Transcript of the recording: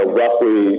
roughly